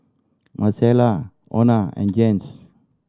Marcella Ona and Jens